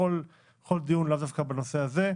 אני אומר את זה בכל דיון ולאו דווקא בנושא הזה.